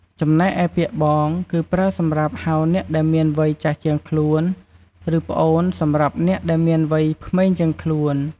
ចំណែកឯពាក្យ បង គឺ ប្រើសម្រាប់ហៅអ្នកដែលមាន វ័យចាស់ជាងខ្លួន ឬ ប្អូនសម្រាប់ អ្នកដែលមានវ័យក្មេងជាង ខ្លួន។